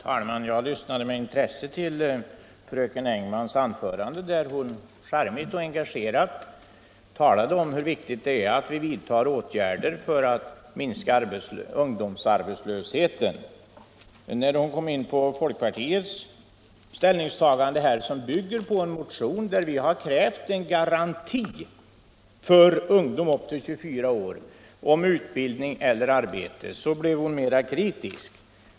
Herr talman! Jag lyssnade med intresse till fröken Engmans anförande, där hon charmigt och engagerat talade om hur viktigt det är att vi vidtar åtgärder för att minska ungdomsarbetslösheten. När hon kom in på folkpartiets ställningstagande, som bygger på en motion där vi har krävt en garanti för ungdom upp till 24 år om utbildning eller arbete, blev hon mer kritisk.